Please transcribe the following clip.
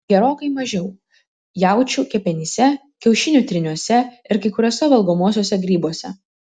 gerokai mažiau jaučių kepenyse kiaušinių tryniuose ir kai kuriuose valgomuosiuose grybuose